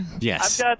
Yes